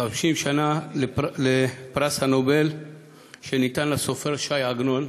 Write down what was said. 50 שנה למתן פרס נובל לסופר ש"י עגנון.